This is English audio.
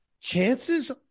Chances